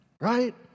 Right